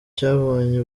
cyabonye